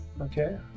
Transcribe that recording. okay